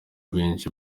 benshi